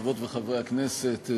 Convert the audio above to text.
חברות וחברי הכנסת,